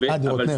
בפועל.